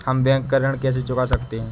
हम बैंक का ऋण कैसे चुका सकते हैं?